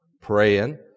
praying